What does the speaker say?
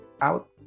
out